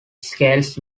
scales